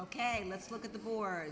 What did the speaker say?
ok let's look at the more